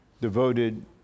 devoted